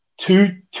two